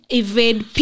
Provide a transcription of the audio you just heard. evade